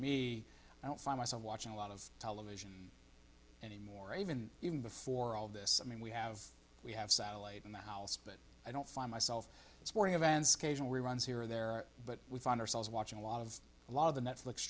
me i don't find myself watching a lot of television anymore even even before all this i mean we have we have satellite in the house but i don't find myself sporting events cajun reruns here or there but we find ourselves watching a lot of a lot of the netfli